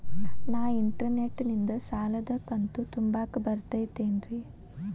ನಾ ಇಂಟರ್ನೆಟ್ ನಿಂದ ಸಾಲದ ಕಂತು ತುಂಬಾಕ್ ಬರತೈತೇನ್ರೇ?